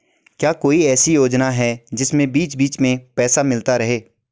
क्या कोई ऐसी योजना है जिसमें बीच बीच में पैसा मिलता रहे?